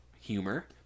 humor